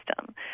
system